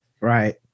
Right